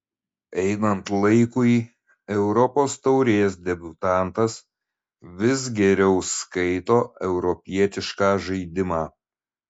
einant laikui europos taurės debiutantas vis geriau skaito europietišką žaidimą